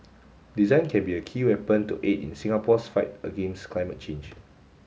design can be a key weapon to aid in Singapore's fight against climate change